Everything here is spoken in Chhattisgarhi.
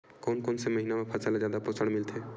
कोन से महीना म फसल ल जादा पोषण मिलथे?